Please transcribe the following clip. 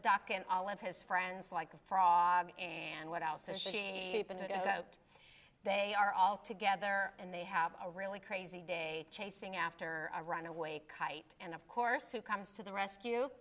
dock and all of his friends like a frog and what else is she wrote they are all together and they have a really crazy day chasing after our runaway kite and of course who comes to the rescue